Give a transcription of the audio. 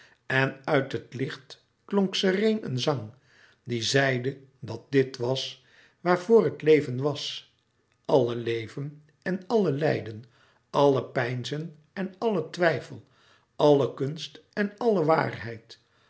en uit het licht klonk sereen een zang die zeide dat dit was waarvoor het leven was alle leven en alle lijden alle peinzen en alle twijfel alle kunst en alle waarheid